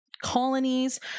colonies